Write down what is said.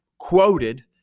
quoted